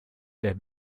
wer